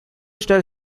style